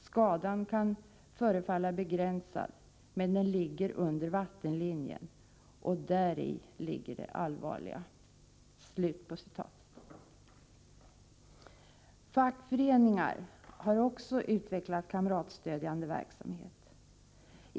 Skadan kan förefalla begränsad, men den ligger under vattenlinjen och däri ligger det allvarliga.” Fackföreningar har också utvecklat kamratstödjande verksamhet.